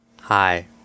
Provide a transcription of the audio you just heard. hi